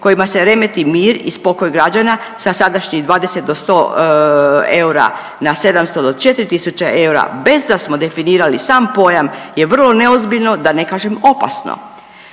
kojima se remeti mir i spokoj građana sa sadašnjih 20 do 100 eura na 700 do 4.000 eura bez da smo definirali sam pojam je vrlo neozbiljno da ne kažem opasno.